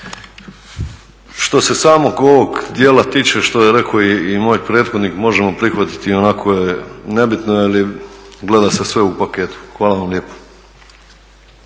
Što se samog ovog dijela tiče što je rekao i moj prethodnik možemo prihvatiti i onako je nebitno jel gleda se sve u paketu. Hvala vam lijepo.